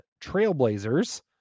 trailblazers